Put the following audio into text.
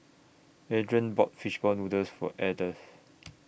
Adrain bought Fish Ball Noodles For Ardeth